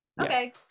okay